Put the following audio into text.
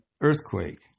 earthquake